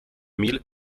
meal